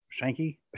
Shanky